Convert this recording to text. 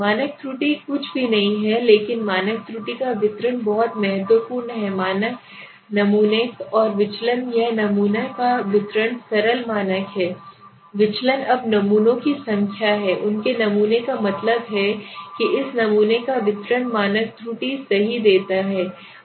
मानक त्रुटि कुछ भी नहीं है लेकिन मानक त्रुटि का वितरण बहुत महत्वपूर्ण है मानक नमूने और विचलन यह नमूना का वितरण सरल मानक है विचलन अब नमूनों की संख्या है उनके नमूने का मतलब है कि इस नमूने का वितरण मानक त्रुटि सही देता है